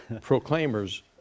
proclaimers